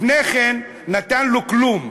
לפני כן נתן לו, כלום,